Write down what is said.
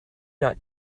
not